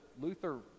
Luther